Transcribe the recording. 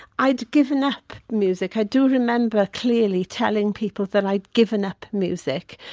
i'd given up music, i do remember clearly telling people that i'd given up music.